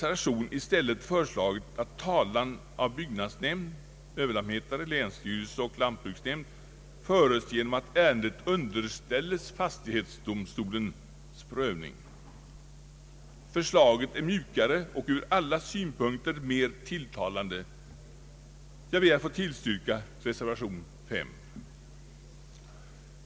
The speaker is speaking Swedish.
Herr Tobé har i sin reservation föreslagit att talan av byggnadsnämnd, överlantmätare, länsstyrelse och lantbruksnämnd i stället föres genom att ärendet underställes fastighetsdomstolens prövning. Förslaget är mjukare och från alla synpunkter mer tilltalande. Jag ber att få tillstyrka reservation V.